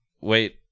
wait